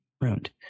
ruined